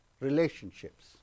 relationships